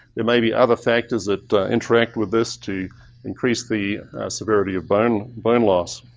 there may be other factors that interact with this to increase the severity of bone bone loss.